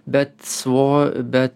bet svo bet